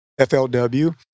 FLW